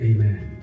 Amen